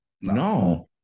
No